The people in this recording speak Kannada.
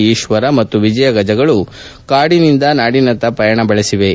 ಈತ್ವರ ಮತ್ತು ವಿಜಯ ಗಜಗಳು ಕಾಡಿನಿಂದ ನಾಡಿನತ್ತ ಪ್ರಯಾಣ ಬೆಳೆಸಿವೆ